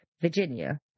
Virginia